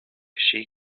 she